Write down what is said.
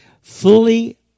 fully